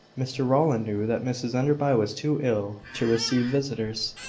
mr rowland knew that mrs enderby was too ill to receive visitors.